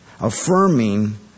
affirming